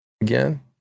again